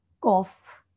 cough